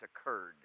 occurred